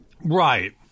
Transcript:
right